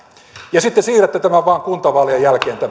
ja sitten vaan siirrätte tämän päätöksenteon kuntavaalien jälkeen